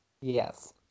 yes